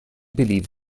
believe